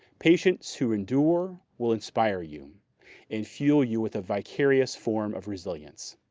patients who endure will inspire you and fuel you with a vicarious form of resilience.